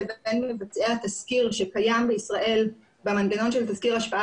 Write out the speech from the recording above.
--- לבצע תסקיר שקיים בישראל במנגנון של תסקיר השפעה